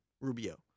Rubio